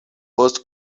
post